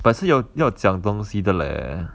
but 是有要讲东西的 leh